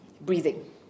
breathing